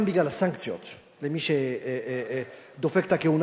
גם בגלל הסנקציות על מי שדופק את הכהונה